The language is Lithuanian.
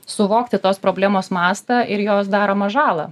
suvokti tos problemos mastą ir jos daromą žalą